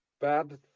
bad